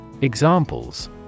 Examples